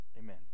Amen